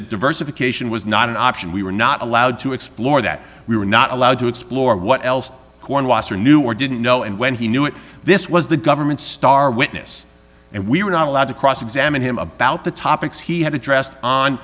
that diversification was not an option we were not allowed to explore that we were not allowed to explore what else korn washer knew or didn't know and when he knew it this was the government's star witness and we were not allowed to cross examine him about the topics he had addressed on